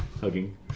Hugging